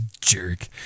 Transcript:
Jerk